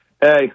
Hey